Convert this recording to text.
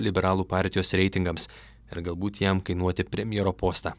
liberalų partijos reitingams ir galbūt jam kainuoti premjero postą